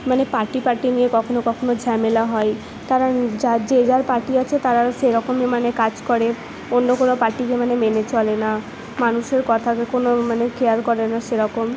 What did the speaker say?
মানে party party নিয়ে কখনো কখনো ঝামেলা হয় তারা যে যার পার্টি আছে তারা সেরকমই মানে কাজ করে অন্য কোনো পার্টিকে মানে মেনে চলে না মানুষের কথাকে কোনো মানে কেয়ার করে না সেরকম